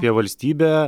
apie valstybę